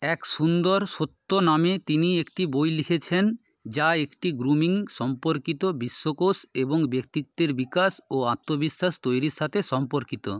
এক সুন্দর সত্য নামে তিনি একটি বই লিখেছেন যা একটি গ্রুমিং সম্পর্কিত বিশ্বকোষ এবং ব্যক্তিত্বের বিকাশ ও আত্মবিশ্বাস তৈরির সাথে সম্পর্কিত